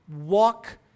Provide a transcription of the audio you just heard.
Walk